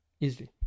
easily